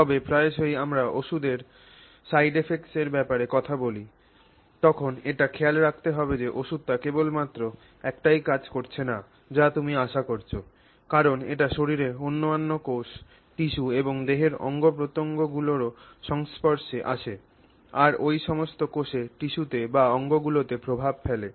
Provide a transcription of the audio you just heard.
তবে প্রায়শই আমরা যখন ওষুধের পার্শ্বপ্রতিক্রিয়াগুলির ব্যাপারে কথা বলি তখন এটি খেয়াল রাখতে হবে যে ওষুধটা কেবলমাত্র একটি কাজই করছে না যা তুমি আশা করছ কারণ এটি শরীরের অন্যান্য কোষ টিস্যু এবং দেহের অঙ্গ প্রত্যঙ্গ গুলিরও সংস্পর্শে আসে আর ওই সমস্ত কোষে টিস্যুতে বা অঙ্গগুলিতে প্রভাব ফেলে